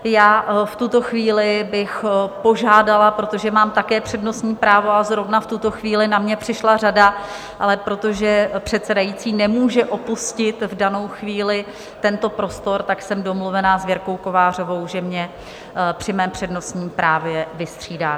Já v tuto chvíli bych požádala, protože mám také přednostní právo a zrovna v tuto chvíli na mě přišla řada, ale protože předsedající nemůže opustit v danou chvíli tento prostor, tak jsem domluvena s Věrkou Kovářovou, že mě při mém přednostním právu vystřídá.